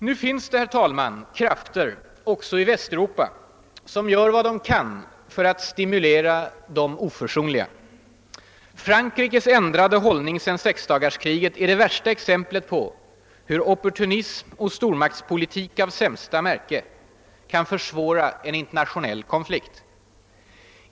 Det finns krafter också i Västeuropa som gör vad de kan för att stimulera de oförsonliga. Frankrikes ändrade hållning sedan sexdagarskriget är det värsta exemplet på hur opportunism och stormaktspolitik av sämsta märke kan försvåra en internationell konflikt.